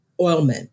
oilmen